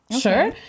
sure